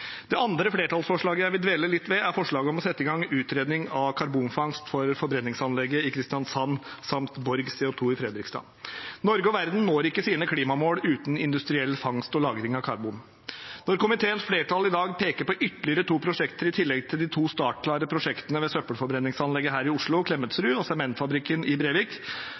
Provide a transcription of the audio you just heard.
Det andre flertallsforslaget jeg vil dvele litt ved, er forslaget om å sette i gang utredning av karbonfangst for forbrenningsanlegget i Kristiansand samt Borg CO 2 i Fredrikstad. Norge og verden når ikke sine klimamål uten industriell fangst og lagring av karbon. Når komiteens flertall i dag peker på ytterligere to prosjekter i tillegg til de to startklare prosjektene ved søppelforbrenningsanlegget her i Oslo, Klemetsrud, og sementfabrikken i Brevik,